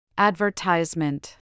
ADVERTISEMENT